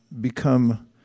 become